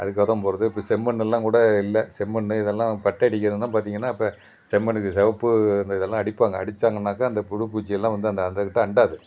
அதுக்காகதான் போடுறது இப்போ செம்மண்ணுல்லாம் கூட இல்லை செம்மண்ணு இதெல்லாம் பட்டை அடிக்கிறதுனா பார்த்திங்கனா இப்போ செம்மண்ணுக்கு சிவப்பு அந்த இதெல்லாம் அடிப்பாங்க அடித்தாங்கன்னா அந்த புழு பூச்சி எல்லாம் வந்து அந்த அதுக்கிட்டே அண்டாது